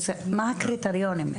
מה הקריטריונים.